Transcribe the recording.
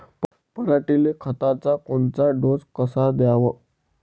पऱ्हाटीले खताचा कोनचा डोस कवा द्याव?